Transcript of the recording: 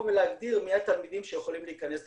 ולהגדיר מי התלמידים שיכולים להכנס למפגש.